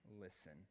listen